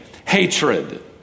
hatred